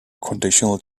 conditional